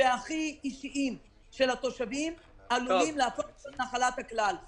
והכי אישיים של התושבים לא יהפכו לנחלת הכלל.